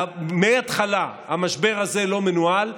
מההתחלה המשבר הזה לא מנוהל,